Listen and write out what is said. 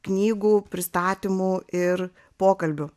knygų pristatymų ir pokalbių